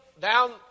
down